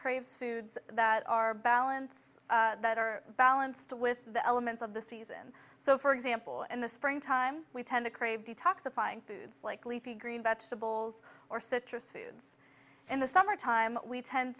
craves foods that are balance that are balanced with the elements of the season so for example in the springtime we tend to crave detoxifying foods like leafy green vegetables or citrus foods in the summertime we tend